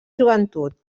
joventut